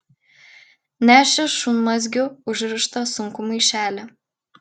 nešė šunmazgiu užrištą sunkų maišelį